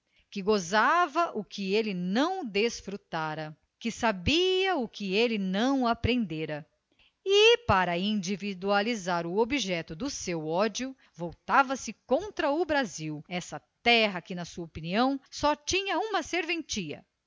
que gozava o que ele não desfrutara que sabia o que ele não aprendera e para individualizar o objeto do seu ódio voltava-se contra o brasil essa terra que na sua opinião só tinha uma serventia